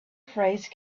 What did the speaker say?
phrase